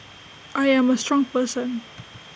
I am A strong person